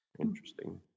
interesting